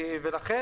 ולכן,